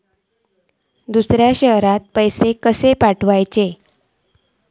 दुसऱ्या शहरात पैसे कसे पाठवूचे?